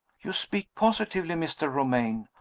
you speak positively, mr. romayne.